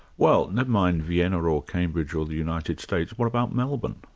well, never mind vienna or cambridge or the united states, what about melbourne,